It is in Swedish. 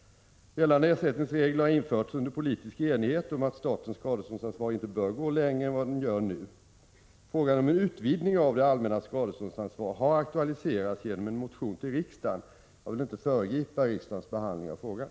Gällande ersättningsregler har införts under politisk enighet om att statens skadeståndsansvar inte bör gå längre än det nu gör. Frågan om en utvidgning av det allmännas skadeståndsansvar har aktualiserats genom en motion till riksdagen. Jag vill inte föregripa riksdagens behandling av frågan.